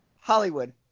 Hollywood